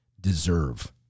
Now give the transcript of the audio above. deserve